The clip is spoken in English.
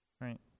Right